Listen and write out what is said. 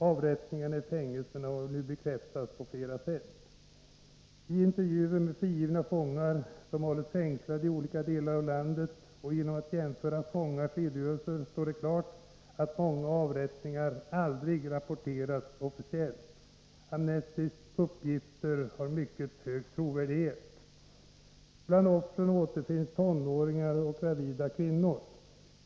Avrättningarna i fängelserna har bekräftats genom utförliga intervjuer med frigivna fångar, som hållits fängslade i olika delar av landet. Genom att jämföra fångars redogörelser står det klart att många av dessa avrättningar aldrig rapporteras officiellt. Vi vet att Amnestys uppgifter brukar ha mycket hög trovärdighet. Bland offren återfinns tonåringar och gravida kvinnor.